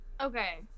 Okay